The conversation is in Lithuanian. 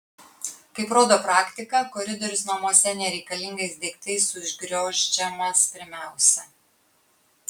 kaip rodo praktika koridorius namuose nereikalingais daiktais užgriozdžiamas pirmiausia